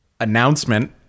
announcement